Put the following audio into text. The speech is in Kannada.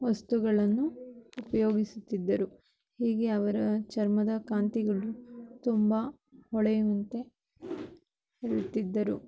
ವಸ್ತುಗಳನ್ನು ಉಪಯೋಗಿಸುತ್ತಿದ್ದರು ಹೀಗೆ ಅವರ ಚರ್ಮದ ಕಾಂತಿಗಳು ತುಂಬ ಹೊಳೆಯುವಂತೆ ಇರುತ್ತಿದ್ದರು